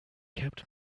kept